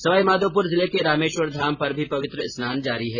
सवाईमाधोपुर जिले के रामेश्वर धाम पर भी पवित्र स्नान जारी है